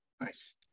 nice